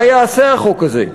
מה יעשה החוק הזה?